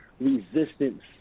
resistance